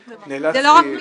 ונשים, בהייטק,